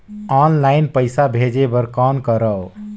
Online पईसा भेजे बर कौन करव?